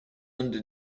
under